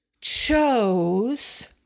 chose